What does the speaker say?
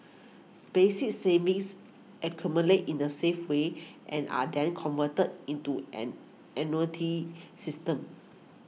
basic savings accumulate in a safe way and are then converted into an annuity system